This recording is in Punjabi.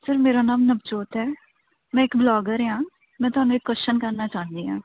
ਸਰ ਮੇਰਾ ਨਾਮ ਨਵਜੋਤ ਹੈ ਮੈਂ ਇੱਕ ਬਲੋਗਰ ਹਾਂ ਮੈਂ ਤੁਹਾਨੂੰ ਇੱਕ ਕੁਐਸ਼ਨ ਕਰਨਾ ਚਾਹੁੰਦੀ ਹਾਂ